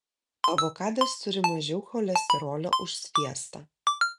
avokadas turi mažiau cholesterolio už sviestą